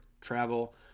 travel